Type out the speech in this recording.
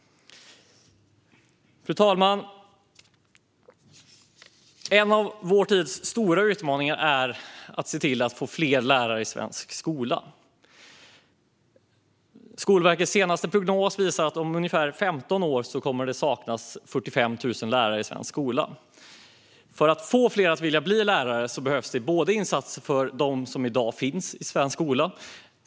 Fru talman! En av vår tids stora utmaningar är att se till att få fler lärare i svensk skola. Skolverkets senaste prognos visar att det om ungefär 15 år kommer att saknas 45 000 lärare i svensk skola. För att få fler att vilja bli lärare behövs det bland annat insatser för dem som i dag finns i svensk skola.